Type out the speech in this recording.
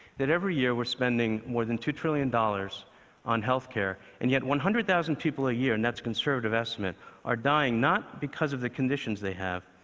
that every year we're spending more than two trillion dollars on healthcare and yet one hundred thousand people a year and that's a conservative estimate are dying not because of the conditions they have,